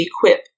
equip